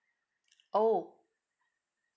oh